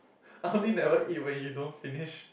army never eat when you don't finish